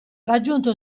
raggiunto